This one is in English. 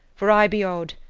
for i be aud,